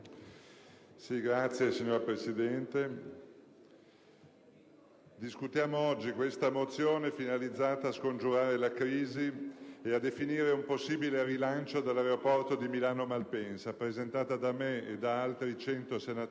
*(PD)*. Signora Presidente, discutiamo oggi questa mozione finalizzata a scongiurare la crisi e a definire un possibile rilancio dell'aeroporto di Milano Malpensa, presentata da me e da altri 100 senatori